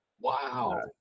Wow